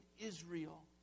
Israel